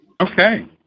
Okay